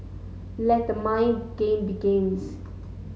let the mind game begins